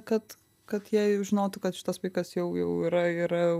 kad kad jei žinotų kad šitas vaikas jau jau yra yra